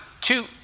two